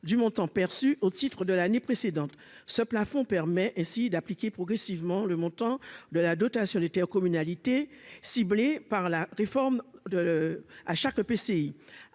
du montant perçu au titre de l'année précédente, ce plafond permet ainsi d'appliquer progressivement le montant de la dotation d'intercommunalité ciblés par la réforme de à chaque EPCI